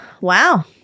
wow